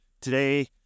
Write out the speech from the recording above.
Today